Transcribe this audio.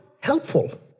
helpful